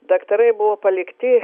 daktarai buvo palikti